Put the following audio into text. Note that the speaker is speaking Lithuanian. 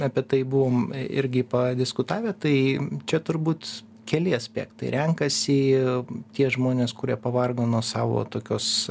apie tai buvom irgi padiskutavę tai čia turbūt keli aspektai renkasi tie žmonės kurie pavargo nuo savo tokios